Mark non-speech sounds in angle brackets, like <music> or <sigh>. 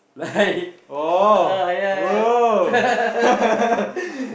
like <laughs> ah yeah yeah <laughs>